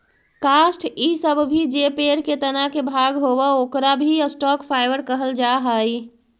काष्ठ इ सब भी जे पेड़ के तना के भाग होवऽ, ओकरो भी स्टॉक फाइवर कहल जा हई